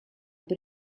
per